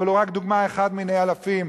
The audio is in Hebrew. אבל הוא רק דוגמה אחת מני אלפים,